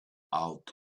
out